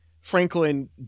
Franklin